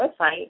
website